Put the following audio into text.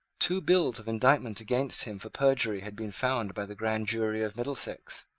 two bills of indictment against him for perjury had been found by the grand jury of middlesex,